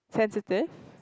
sensitive